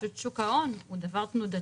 שוק ההון הוא דבר תנודתי,